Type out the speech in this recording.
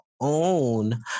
own